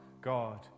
God